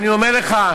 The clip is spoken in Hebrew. אני אומר לך,